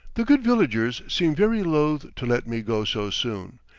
the good villagers seem very loath to let me, go so soon,